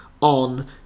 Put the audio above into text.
on